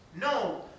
No